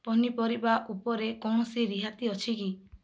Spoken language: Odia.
ପନିପରିବା ଉପରେ କୌଣସି ରିହାତି ଅଛି କି